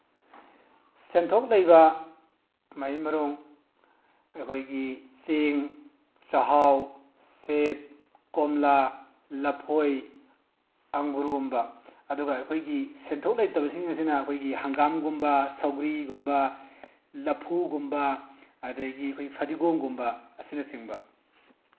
ꯁꯦꯟꯊꯣꯛ ꯂꯩꯕ ꯃꯍꯩ ꯃꯔꯣꯡ ꯑꯩꯈꯣꯏꯒꯤ ꯆꯦꯡ ꯆꯥꯛꯍꯥꯎ ꯁꯦꯝ ꯀꯣꯝꯂꯥ ꯂꯐꯣꯏ ꯑꯪꯒꯨꯔꯒꯨꯝꯕ ꯑꯗꯨꯒ ꯑꯩꯈꯣꯏꯒꯤ ꯁꯦꯟꯊꯣꯛ ꯂꯩꯇꯕꯁꯤꯡ ꯑꯁꯤꯅ ꯑꯩꯈꯣꯏꯒꯤ ꯍꯪꯒꯥꯝ ꯒꯨꯝꯕ ꯁꯧꯒ꯭ꯔꯤꯒꯨꯝꯕ ꯂꯥꯐꯨꯒꯨꯝꯕ ꯑꯗꯒꯤ ꯑꯩꯈꯣꯏꯒꯤ ꯐꯗꯤꯒꯣꯝꯒꯨꯝꯕ ꯑꯁꯤꯅ ꯆꯤꯡꯕ